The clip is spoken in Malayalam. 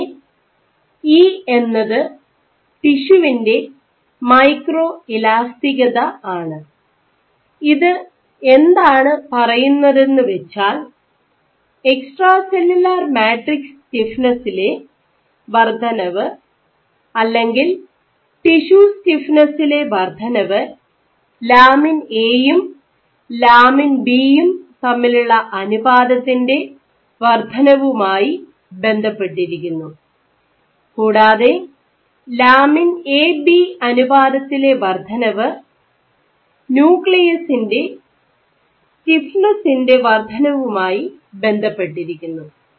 ഇവിടെ ഇ എന്നത് ടിഷ്യുവിൻറെ മൈക്രോ ഇലാസ്തികത ആണ് ഇത് എന്താണ് പറയുന്നതെന്നുവെച്ചാൽ എക്സ്ട്രാ സെല്ലുലാർ മാട്രിക്സ് സ്റ്റിഫ്നെസിലെ വർദ്ധനവ് അല്ലെങ്കിൽ ടിഷ്യു സ്റ്റിഫ്നെസിലെ വർദ്ധനവ് ലാമിൻ എ യും ലാമിൻ ബിയും തമ്മിലുള്ള അനുപാതത്തിൻറെ വർധനവുമായി ബന്ധപ്പെട്ടിരിക്കുന്നു കൂടാതെ ലാമിൻ എ ബി അനുപാതത്തിലെ വർദ്ധനവ് ന്യൂക്ലിയസിന്റെ സ്റ്റിഫ്ന്സിന്റെ വർധനവുമായി ബന്ധപ്പെട്ടിരിക്കുന്നു